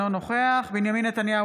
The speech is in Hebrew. אינו נוכח בנימין נתניהו,